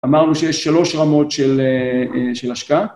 אמרנו שיש שלוש רמות של השקעה.